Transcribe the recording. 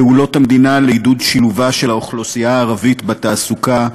פעולות המדינה לעידוד שילובה של האוכלוסייה הערבית בתעסוקה,